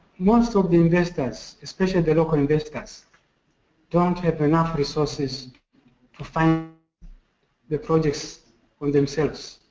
most of the investors, especially the local investors don't have enough resources to finance the projects themselves.